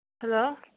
hello